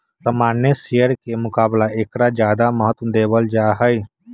सामान्य शेयर के मुकाबला ऐकरा ज्यादा महत्व देवल जाहई